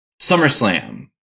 SummerSlam